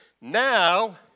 now